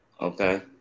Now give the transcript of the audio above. Okay